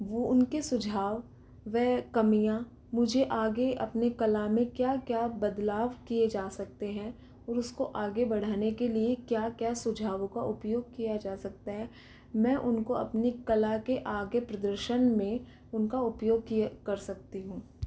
वो उनके सुझाव व कमियाँ मुझे आगे अपने कला में क्या क्या बदलाव किये जा सकते हैं और उसको आगे बढ़ाने के लिए क्या क्या सुझावों का उपयोग किया जा सकता हैं मैं उनको अपनी कला के आगे प्रदर्शन में उनका उपयोग किए कर सकती हूँ